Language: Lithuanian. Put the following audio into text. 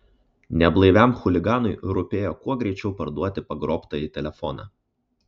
neblaiviam chuliganui rūpėjo kuo greičiau parduoti pagrobtąjį telefoną